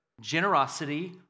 generosity